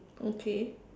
okay